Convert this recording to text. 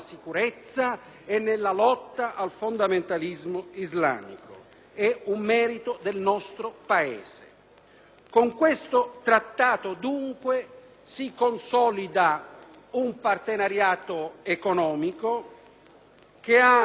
Con questo Trattato, dunque, si consolida un partenariato economico che ha rappresentato e rappresenta una risorsa importante per il nostro Paese. Non si può trascurare